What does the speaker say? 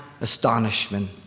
astonishment